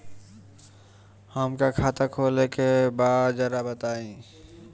हमका खाता खोले के बा जरा बताई?